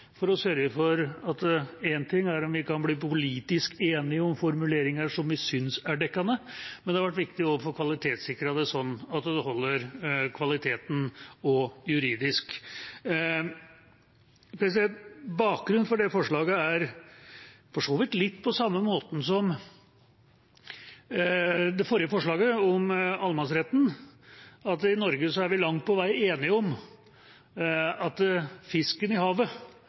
For én ting er om vi kan bli politisk enige om formuleringer som vi synes er dekkende, men det har vært viktig også å sørge for å få kvalitetssikret det sånn at det holder kvaliteten også juridisk. Bakgrunnen for dette forslaget er for så vidt litt den samme som for det forrige forslaget, om allemannsretten, at vi i Norge langt på vei er enige om at fisken i havet